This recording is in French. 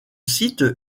site